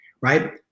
right